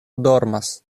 dormas